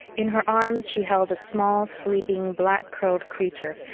in her arms she held a small, sleeping, black-curled creature,